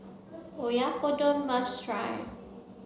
Oyakodon must try